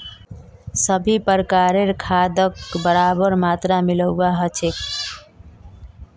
सभी प्रकारेर खादक बराबर मात्रात मिलव्वा ह छेक